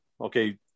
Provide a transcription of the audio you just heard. okay